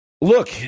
look